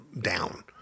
down